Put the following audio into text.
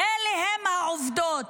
אלה הן העובדות.